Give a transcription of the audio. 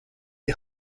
die